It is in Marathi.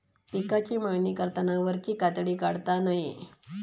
पिकाची मळणी करताना वरची कातडी काढता नये